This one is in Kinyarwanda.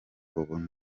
ubu